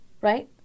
right